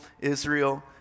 Israel